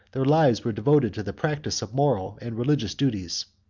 their lives were devoted to the practice of moral and religious duties.